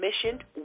Commissioned